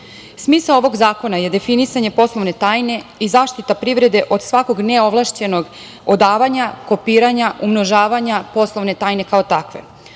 ovog zakona je definisanje poslovne tajne, i zaštita privrede, od svakog neovlašćenog odavanja, kopiranja, umnožavanja poslovne tajne kao takve. Mi